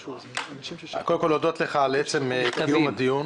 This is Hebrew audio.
אני רוצה קודם כול להודות לך על עצם קיום הדיון.